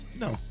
no